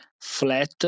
flat